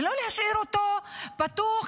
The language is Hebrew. ולא להשאיר אותו פתוח,